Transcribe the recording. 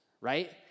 right